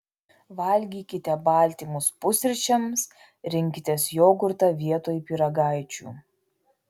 valgykite baltymus pusryčiams rinkitės jogurtą vietoj pyragaičių